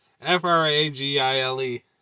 f-r-a-g-i-l-e